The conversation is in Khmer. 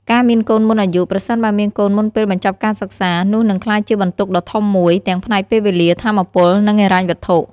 ការមានកូនមុនអាយុ ប្រសិនបើមានកូនមុនពេលបញ្ចប់ការសិក្សា នោះនឹងក្លាយជាបន្ទុកដ៏ធំមួយ ទាំងផ្នែកពេលវេលា ថាមពល និងហិរញ្ញវត្ថុ។